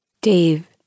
Dave